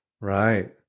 Right